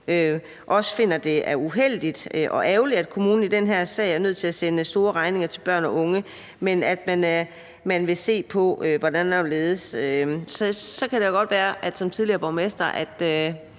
også finder, at det er uheldigt og ærgerligt, at kommunen i den her sag er nødt til at sende store regninger til børn og unge, og at man vil se på, hvordan og hvorledes det skal foregå. Det kunne måske godt være, at ordføreren som tidligere borgmester